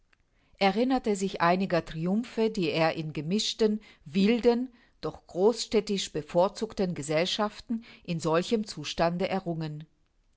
erinnerte sich einiger triumphe die er in gemischten wilden doch großstädtisch bevorzugten gesellschaften in solchem zustande errungen